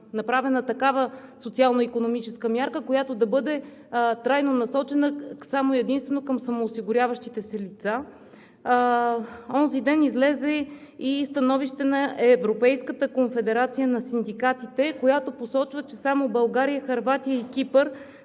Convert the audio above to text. направена такава социално-икономическа мярка, която да бъде трайно насочена само и единствено към самоосигуряващите се лица. Онзи ден излезе и становище на Европейската конфедерация на синдикатите, което посочва, че само България, Хърватия и Кипър